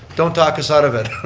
don't talk us out of it,